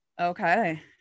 okay